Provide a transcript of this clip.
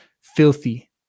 filthy